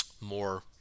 more